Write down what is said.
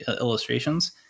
illustrations